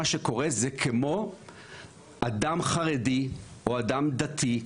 מה שקורה זה כמו אדם חרדי או אדם דתי,